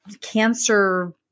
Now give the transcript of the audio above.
cancer